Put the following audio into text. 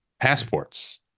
passports